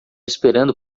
esperando